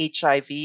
HIV